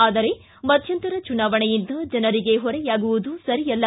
ಆದರೆ ಮಧ್ಯಂತರ ಚುನಾವಣೆಯಿಂದ ಜನರಿಗೆ ಹೊರೆಯಾಗುವುದು ಸರಿಯಲ್ಲ